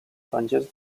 francese